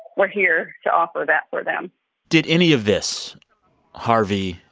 we're here to offer that for them did any of this harvey,